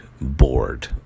bored